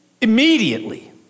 immediately